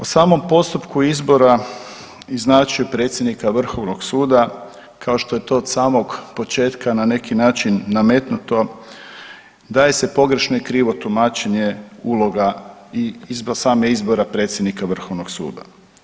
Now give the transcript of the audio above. O samom postupku izbora … [[Govornik se ne razumije]] predsjednika vrhovnog suda kao što je to od samog početka na neki način nametnuto daje se pogrešno i krivo tumačenje uloga i … [[Govornik se ne razumije]] samog izbora predsjednika vrhovnog suda.